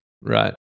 Right